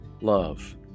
love